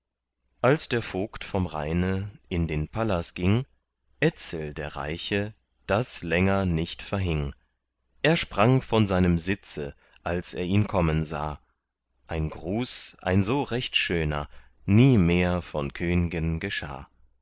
als der vogt vom rheine in den pallas ging etzel der reiche das länger nicht verhing er sprang von seinem sitze als er ihn kommen sah ein gruß ein so recht schöner nie mehr von köngen geschah